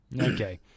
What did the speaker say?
Okay